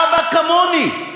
אבא כמוני,